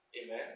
Amen